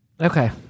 Okay